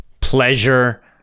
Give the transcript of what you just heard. pleasure